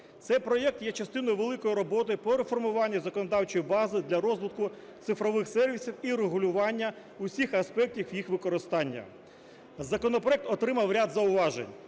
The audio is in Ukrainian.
Цей проект є частиною великої роботи по реформуванню законодавчої бази для розвитку цифрових сервісів і регулювання усіх аспектів їх використання, Законопроект отримав ряд зауважень.